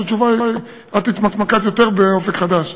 את התמקדת יותר ב"אופק חדש".